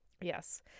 yes